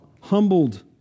humbled